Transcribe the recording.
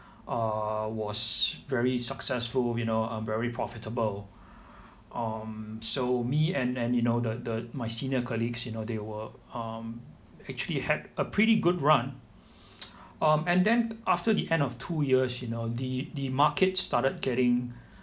err was very successful you know um very profitable um so me and and you know the the my senior colleagues they were um actually had a pretty good run um and then after the end of two years you know the the markets started getting